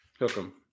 welcome